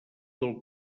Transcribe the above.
del